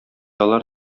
алар